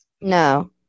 No